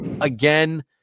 Again